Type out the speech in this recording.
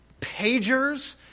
Pagers